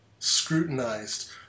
scrutinized